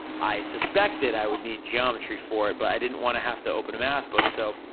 i suspected i would need geometry for it but i didn't wanna have to open a math book, so,